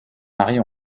maris